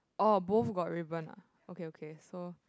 oh both got ribbon ah okay okay so